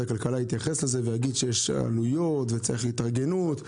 הכלכלה יתייחס לזה ויגיד שיש עלויות וצריך התארגנות.